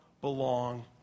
belong